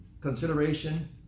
consideration